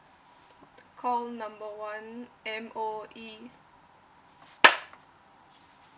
call number one M_O_E